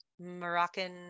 Moroccan